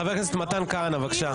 חבר הכנסת מתן כהנא, בבקשה.